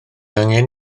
angen